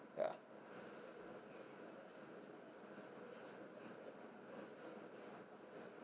ya